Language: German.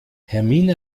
hermine